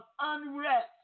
unrest